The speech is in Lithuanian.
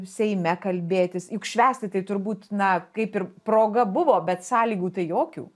seime kalbėtis juk švęsti tai turbūt na kaip ir proga buvo bet sąlygų tai jokių